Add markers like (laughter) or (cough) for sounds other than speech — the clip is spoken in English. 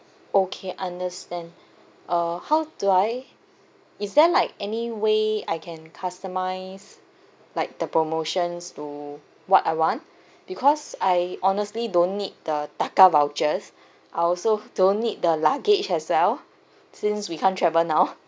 okay understand uh how do I is there like any way I can customise like the promotions to what I want because I honestly don't need the taka (laughs) vouchers I also don't need the luggage as well since we can't travel now (laughs)